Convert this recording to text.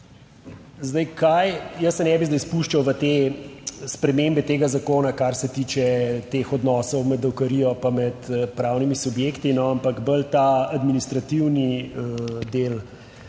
Zdaj, kaj, jaz se ne bi zdaj spuščal v te spremembe tega zakona, kar se tiče teh odnosov med davkarijo pa med pravnimi subjekti, ampak bolj ta administrativni del,